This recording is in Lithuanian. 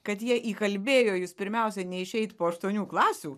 kad jie įkalbėjo jus pirmiausia neišeit po aštuonių klasių